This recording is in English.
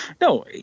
No